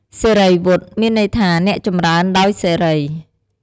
សិរីវុឌ្ឍ មានន័យថា អ្នកចម្រីនដោយសិរី។